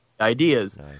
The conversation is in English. ideas